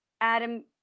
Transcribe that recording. Adam